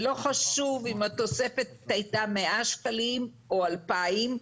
ולא חשוב אם התוספת הייתה 100 שקלים או 2,000 שקלים,